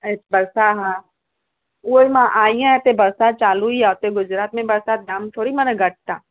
बरसात हा उहो ई मां आई आहियां हिते बरसात चालू ही आहे हुते गुजरात में बरसात जाम थोरी मना घटि आहे